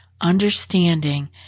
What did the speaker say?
understanding